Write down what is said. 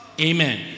Amen